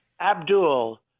Abdul